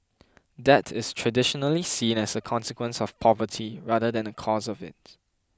debt is traditionally seen as a consequence of poverty rather than a cause of it